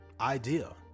idea